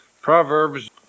Proverbs